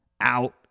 out